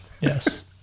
Yes